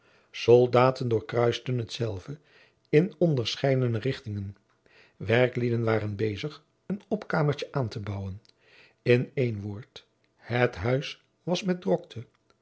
soldaten doorkruisten hetzelve in onderscheidene richtingen werklieden waren bezig een opkamertje aan te bouwen in één woord het huis was met drokte